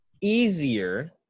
easier